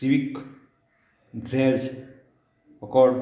civic झॅज ऑकोड